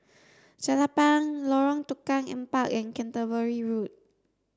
Jelapang Lorong Tukang Empat and Canterbury Road